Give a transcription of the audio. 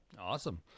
Awesome